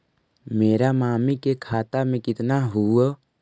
मेरा मामी के खाता में कितना हूउ?